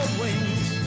wings